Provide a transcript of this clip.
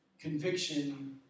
conviction